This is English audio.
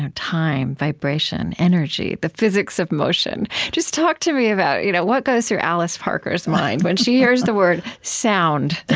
time, vibration, energy, the physics of motion. just talk to me about you know what goes through alice parker's mind when she hears the word sound.